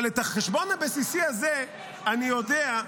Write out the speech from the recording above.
אבל את החשבון הבסיסי הזה אני יודע.